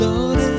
Lord